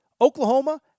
Oklahoma